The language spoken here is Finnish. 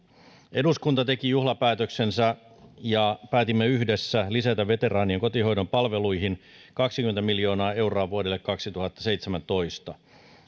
eduskunta teki juhlapäätöksensä ja päätimme yhdessä lisätä veteraanien kotihoidon palveluihin kaksikymmentä miljoonaa euroa vuodelle kaksituhattaseitsemäntoista